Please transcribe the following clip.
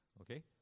okay